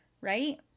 right